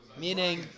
Meaning